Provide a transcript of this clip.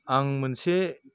आं मोनसे